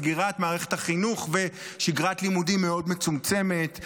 מסגירת מערכת החינוך ושגרת לימודים מאוד מצומצמת,